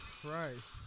Christ